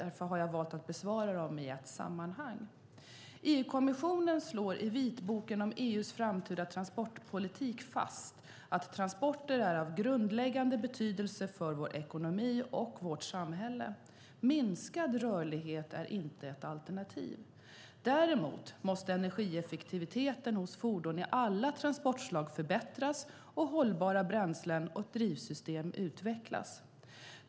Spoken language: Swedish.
Jag har därför valt att besvara dem i ett sammanhang. EU-kommissionen slår i vitboken om EU:s framtida transportpolitik fast att transporter är av grundläggande betydelse för vår ekonomi och vårt samhälle. Minskad rörlighet är inte ett alternativ. Däremot måste energieffektiviteten hos fordon i alla transportslag förbättras och hållbara bränslen och drivsystem utvecklas.